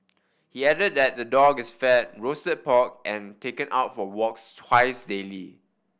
he added that the dog is fed roasted pork and taken out for walks twice daily